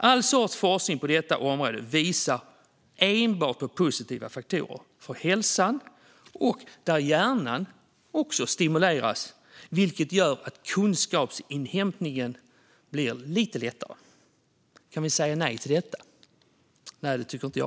All sorts forskning på detta område visar på enbart positiva faktorer för hälsan och på att även hjärnan stimuleras, vilket gör kunskapsinhämtningen lite lättare. Kan vi säga nej till detta? Det tycker inte jag.